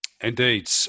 Indeed